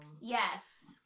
Yes